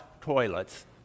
toilets